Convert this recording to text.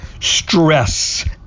stress